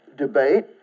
Debate